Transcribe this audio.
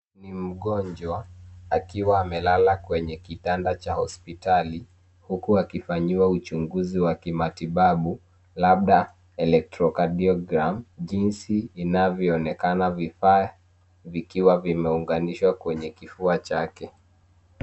Ni mgonjwa akiwa amelela kwenye kitanda cha hospitali huku akifanyiwa uchunguzi wa kimatibabu labda electrocardiogram jinsi inavyoonekana vifaa vikiwa vimeunganishwa kwenye kifua chake